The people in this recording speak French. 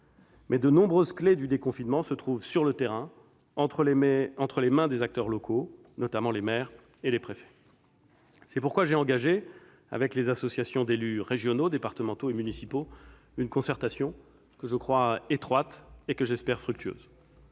mais de nombreuses clés du déconfinement se trouvent sur le terrain entre les mains des acteurs locaux, notamment les maires et les préfets. C'est pourquoi j'ai engagé, avec les associations d'élus régionaux, départementaux et municipaux une concertation, que je crois étroite et que j'espère fructueuse.